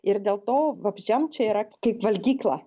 ir dėl to vabzdžiam čia yra kaip valgykla